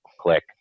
click